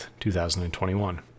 2021